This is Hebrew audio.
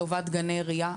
לטובת גני עירייה,